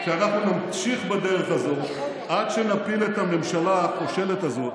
שאנחנו נמשיך בדרך הזאת עד שנפיל את הממשלה הכושלת הזאת